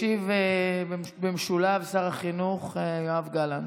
ישיב במשולב שר החינוך יואב גלנט,